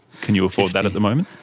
can you afford that at the moment?